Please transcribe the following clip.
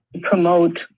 Promote